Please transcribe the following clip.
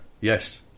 Yes